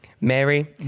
Mary